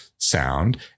Sound